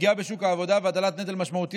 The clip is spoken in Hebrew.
פגיעה בשוק העבודה והטלת נטל משמעותי